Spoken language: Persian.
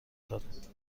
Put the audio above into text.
داد